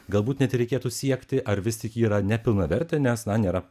galbūt net reikėtų siekti ar vis tik yra nepilnavertė nes na nėra